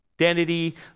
identity